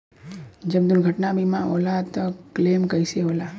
जब दुर्घटना बीमा होला त क्लेम कईसे होला?